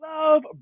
love